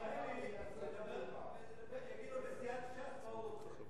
מיכאלי יגיד לו בסיעת ש"ס מה הוא רוצה.